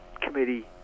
Committee